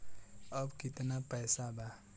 अब कितना पैसा बा?